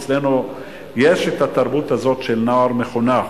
אצלנו יש התרבות הזאת של נוער מחונך,